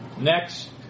next